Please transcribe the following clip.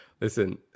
Listen